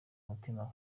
umutima